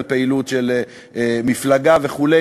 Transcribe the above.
על פעילות של מפלגה וכו'.